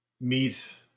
meet